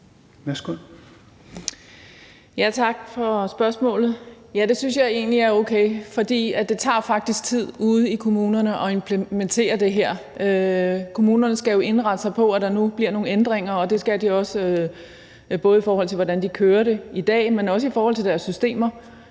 Tak for spørgsmålet. Ja, det synes jeg egentlig er okay, for det tager faktisk tid at implementere det her ude i kommunerne. Kommunerne skal jo indrette sig på, at der nu bliver nogle ændringer, og det skal de gøre, både i forhold til hvordan de kører det i dag, og også i forhold til deres systemer.